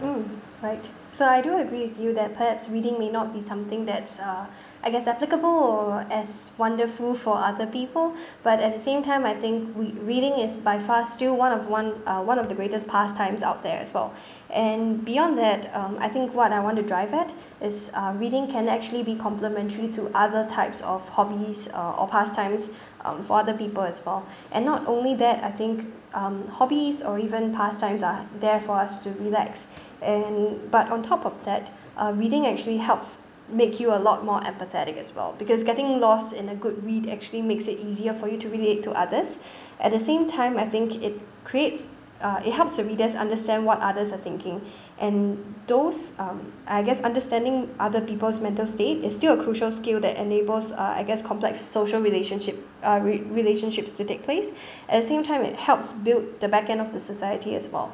mm right so I do agree with you that perhaps reading may not be something that's uh I guess applicable or as wonderful for other people but at the same time I think we~ reading is by far still one of one uh one of the greatest pastimes out there as well and beyond that um I think what I want to drive at is reading can actually be complementary to other types of hobbies uh or pastimes um for other people as well and not only that I think um hobbies or even pastimes are there for us to relax and but on top of that uh reading actually helps make you a lot more empathetic as well because getting lost in a good read actually makes it easier for you to relate to others at the same time I think it creates uh it helps the readers understand what others are thinking and those um I guess understanding other people's mental state is still a crucial skill that enables uh I guess complex social relationship uh re~ relationships to take place at the same time it helps build the back end of the society as well